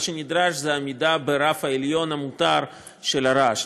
מה שנדרש זה עמידה ברף העליון המותר של הרעש.